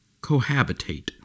cohabitate